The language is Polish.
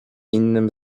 innym